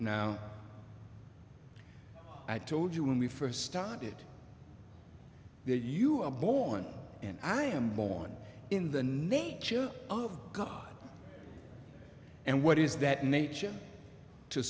now i told you when we first started that you are born and i am born in the name of god and what is that nature to